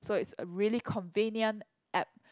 so it's a really convenient app